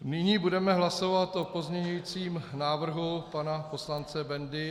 Nyní budeme hlasovat o pozměňujícím návrhu pana poslance Bendy.